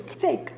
fake